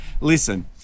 Listen